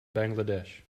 bangladesh